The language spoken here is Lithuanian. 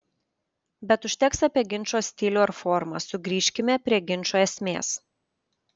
bet užteks apie ginčo stilių ar formą sugrįžkime prie ginčo esmės